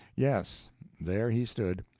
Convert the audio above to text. yes there he stood.